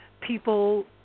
people